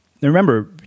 Remember